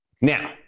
Now